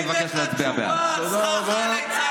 אין לך תשובה על שכר